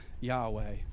Yahweh